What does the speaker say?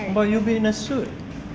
but you'll be in a suit